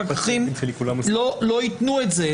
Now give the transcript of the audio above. פקחים לא יתנו את זה.